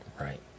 Right